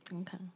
Okay